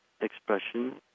expression